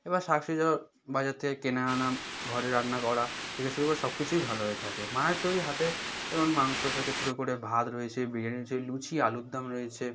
এবার শাক সবজি ধর বাজার থেকে কিনে আনা ঘরে রান্না করা থেকে শুরু করে সব কিছুই ভালো হয়ে থাকে মায়ের তৈরি হাতে যেমন মাংস থেকে শুরু করে ভাত রয়েছে বিরিয়ানি আছে লুচি আলুর দম রয়েছে